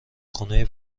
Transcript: خونه